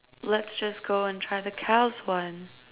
let's just go and try the cow's one